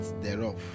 thereof